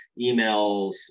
emails